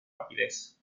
rapidez